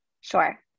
Sure